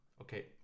okay